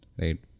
Right